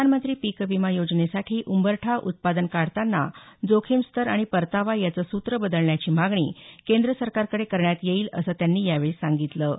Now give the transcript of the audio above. प्रधानमंत्री पीक विमा योजनेसाठी उंबरठा उत्पादन काढताना जोखीमस्तर आणि परतावा याचं सूत्र बदलण्याची मागणी केंद्र सरकारकडे करण्यात येईल असं त्यांनी यावेळी सांगितलं